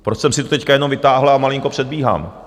Proč jsem si to teď jenom vytáhl a malinko předbíhám?